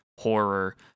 horror